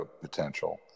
potential